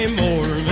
more